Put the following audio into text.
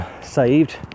saved